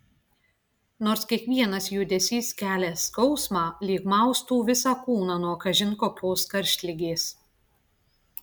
nors kiekvienas judesys kelia skausmą lyg maustų visą kūną nuo kažin kokios karštligės